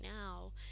now